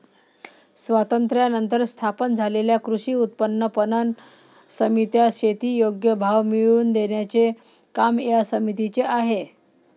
स्वातंत्र्यानंतर स्थापन झालेल्या कृषी उत्पन्न पणन समित्या, शेती योग्य भाव मिळवून देण्याचे काम या समितीचे आहे